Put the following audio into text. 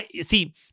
See